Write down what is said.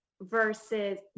versus